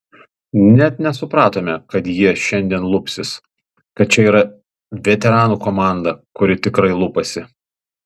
net nesupratome kad jie šiandien lupsis kad čia yra veteranų komanda kuri tikrai lupasi